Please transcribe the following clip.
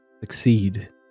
succeed